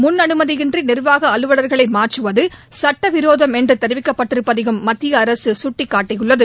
முன் அனுமதியின்றி நிர்வாக அலுலவர்களை மாற்றுவது சட்ட விரோதம் என்று தெரிவிக்கப்பட்டிருப்பதையும் மத்திய அரசு சுட்டிக்காட்டியுள்ளது